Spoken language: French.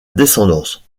descendance